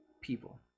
people